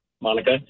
Monica